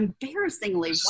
embarrassingly